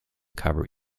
cover